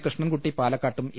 കൃഷ്ണൻകുട്ടി പാലക്കാട്ടും എ